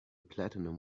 platinum